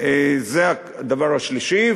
זה הדבר השלישי.